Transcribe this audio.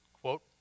Quote